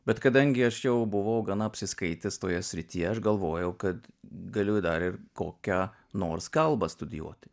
bet kadangi aš jau buvau gana apsiskaitęs toje srityje aš galvojau kad galiu dar ir kokią nors kalbą studijuoti